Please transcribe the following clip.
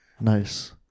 Nice